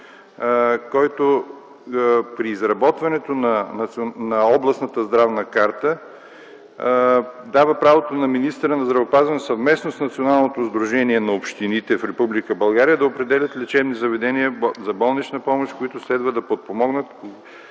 който при изработването на областната здравна карта дава правото на министъра на здравеопазването съвместно с Националното сдружение на общините в Република България да определя лечебни заведения за болнична помощ, които следва да подпомогнат,